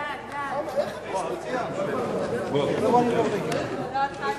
ההצעה להעביר את הנושא לוועדת החוץ